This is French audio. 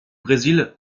brésil